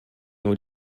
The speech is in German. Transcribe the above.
nur